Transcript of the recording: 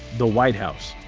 the white house!